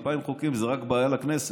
2,000 זו רק בעיה לכנסת.